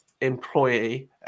employee